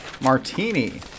martini